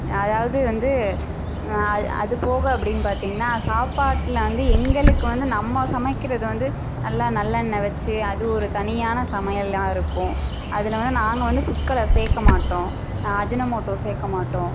அதாவது வந்து அ அது போக அப்படின்னு பார்த்தீங்கனா சாப்பாட்டில் வந்து எங்களுக்கு வந்து நம்ம சமைக்கிறது வந்து நல்லா நல்ல எண்ணெய் வச்சு அது ஒரு தனியான சமையலாக இருக்கும் அதில் வந்து நாங்கள் வந்து ஃபுட் கலர் சேர்க்கமாட்டோம் அஜினமோட்டோ சேர்க்கமாட்டோம்